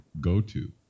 go-to